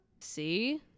See